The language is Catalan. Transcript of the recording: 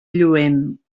lluent